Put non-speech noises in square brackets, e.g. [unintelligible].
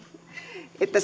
että [unintelligible]